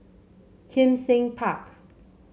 Kim Seng Park